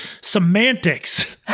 semantics